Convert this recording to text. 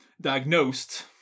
diagnosed